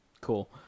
Cool